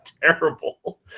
terrible